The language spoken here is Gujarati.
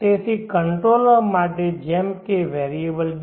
તેથી કંટ્રોલર માટે જેમ કે વેરિયેબલ DC